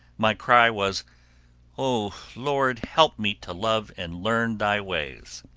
my cry was o, lord, help me to love and learn thy ways.